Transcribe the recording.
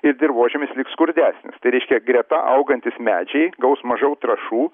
ir dirvožemis liks skurdesnis tai reiškia greta augantys medžiai gaus mažiau trąšų